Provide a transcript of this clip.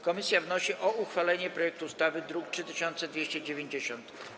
Komisja wnosi o uchwalenie projektu ustawy z druku nr 3290.